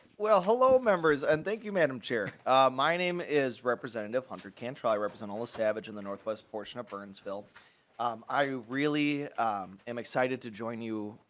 well hello members and thank you madam my name is representative hunter can try represent all savage in the northwest portion of burnsville um i really i'm i'm excited to join you.